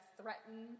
threaten